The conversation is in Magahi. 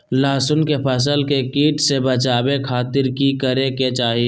लहसुन के फसल के कीट से बचावे खातिर की करे के चाही?